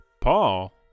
Paul